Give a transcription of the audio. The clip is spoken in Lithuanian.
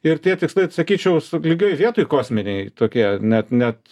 ir tie tikslai sakyčiau lygioj vietoj kosminiai tokie ne net